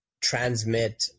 transmit –